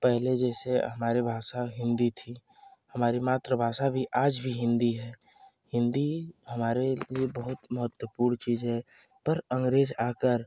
पहले जैसे हमारे भाषा हिन्दी थी हमारी मातृभाषा भी आज भी हिन्दी है हिन्दी हमारे लिए बहुत महत्वपूर्ण चीज़ है पर अंग्रेज आकर